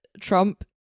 Trump